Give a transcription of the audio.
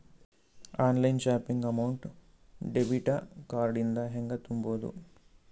Online shopping amount debit card ಇಂದ ಹೆಂಗ್ ತುಂಬೊದು?